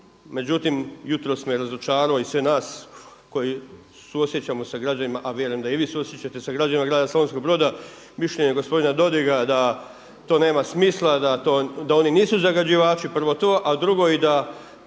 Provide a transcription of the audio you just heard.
međutim jutros me razočarao i sve nas koji suosjećamo sa građanima a vjerujem da i vi suosjećate sa građanima grada Slavonskog broda. Mišljenje je gospodina Dodiga da to nema smisla, da oni nisu zagađivači, prvo to a drugi i da